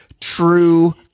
true